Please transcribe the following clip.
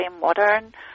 modern